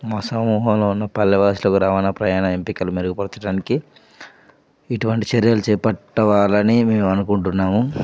మా సమూహములో ఉన్న పల్లెవాసులకు రవాణ ప్రయాణ ఎంపికలు మెరుగుపరచటానికి ఇటువంటి చర్యలు చేపట్టాలని మేము అనుకుంటున్నాము